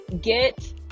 get